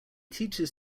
teaches